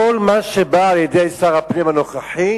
כל מה שבא משר הפנים הנוכחי